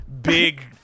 big